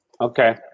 Okay